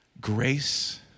grace